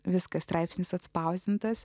viską straipsnis atspausdintas